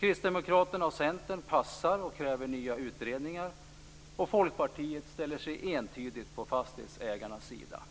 Kristdemokraterna och Centern passar och kräver nya utredningar, medan Folkpartiet entydigt ställer sig på fastighetsägarnas sida.